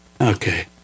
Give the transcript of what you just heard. Okay